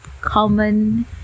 common